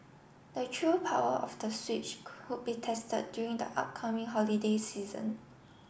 the true power of the Switch could be tested during the upcoming holiday season